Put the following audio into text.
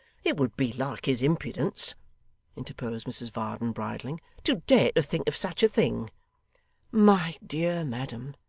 it would be like his impudence interposed mrs varden, bridling, to dare to think of such a thing my dear madam,